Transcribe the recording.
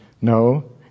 No